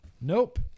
Nope